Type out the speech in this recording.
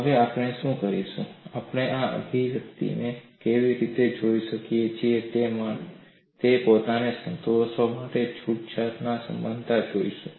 હવે આપણે શું કરીશું આપણે આ અભિવ્યક્તિને કેવી રીતે જોઈ શકીએ છીએ તે પોતાને સંતોષવા માટે છૂટછાટ સમાનતા જોઈશું